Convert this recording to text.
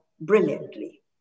brilliantly